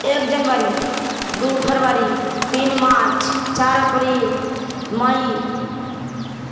एक जनवरी दू फरवरी तीन मार्च चारि अप्रील मइ